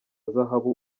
zahabu